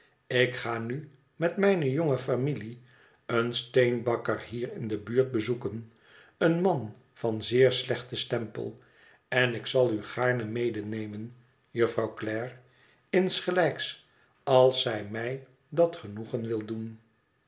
ik ga nu met mijne jonge familie een steenbakker hier in de buurt bezoeken een man van zeer slechten stempel en ik zal u gaarne medenemen jufvrouw clare insgelijks als zij mij dat genoegen wil doen